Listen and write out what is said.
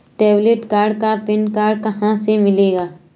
Debit card का PIN कहां से मिलेगा?